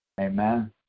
Amen